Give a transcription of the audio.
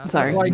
Sorry